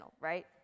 right